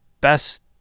best